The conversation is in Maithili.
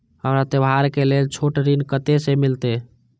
हमरा त्योहार के लेल छोट ऋण कते से मिलते?